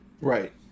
Right